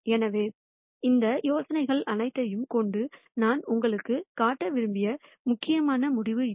எனவே இந்த யோசனைகள் அனைத்தையும் கொண்டு நான் உங்களுக்குக் காட்ட விரும்பிய முக்கியமான முடிவு இது